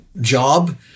job